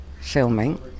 filming